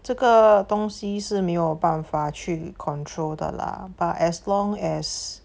这个东西是没有办法去 control 的 lah but as long as